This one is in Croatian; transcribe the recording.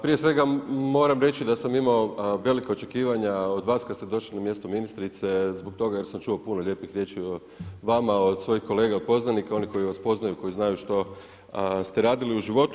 Prije svega moram reći, da sam imao velika očekivanja od vas, kad ste došli na mjesto ministrice, zbog toga jer sam čuo lijepih riječi o vama, od svojih kolega poznanika, onih koji vas poznaju, oni koji znaju što ste radili u životu.